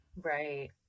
Right